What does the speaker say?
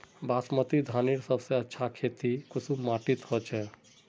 बासमती धानेर सबसे अच्छा खेती कुंसम माटी होचए?